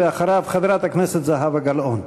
אחריו, חברת הכנסת זהבה גלאון.